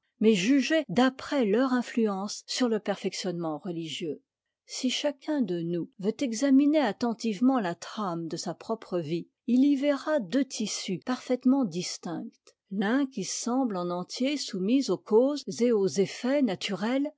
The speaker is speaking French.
jugées d'après leur influence sur le perfectionnement religieux si chacun de nous veut examiner attentivement la trame de sa propre vie il y verra deux tissus parfaitement distincts l'un qui semble en entier soumis aux causes et aux effets naturels